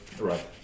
Right